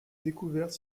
découverte